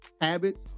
habits